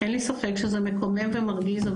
אין לי ספק שזה מקומם ומרגיז.